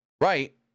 Right